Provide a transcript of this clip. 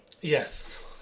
Yes